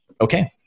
okay